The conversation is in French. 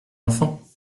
enfant